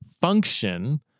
function